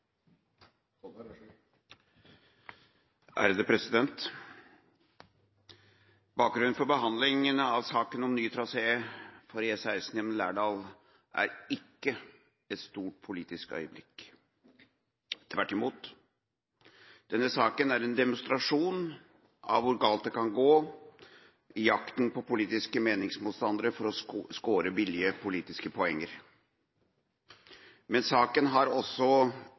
vedtatt. Bakgrunnen for behandlinga av saken om ny trasé for E16 gjennom Lærdal er ikke et stort politisk øyeblikk. Tvert imot er saken en demonstrasjon av hvor galt det kan gå i jakten på politiske meningsmotstandere for å skåre billige politisk poenger. Men saken har også